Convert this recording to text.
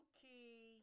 key